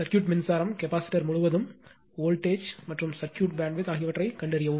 circuit மின்சாரம் capacitor முழுவதும் voltage மற்றும் சர்க்யூட் பேண்ட்வித் ஆகியவற்றைக் கண்டறியவும்